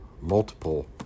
multiple